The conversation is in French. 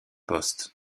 poste